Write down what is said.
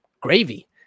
gravy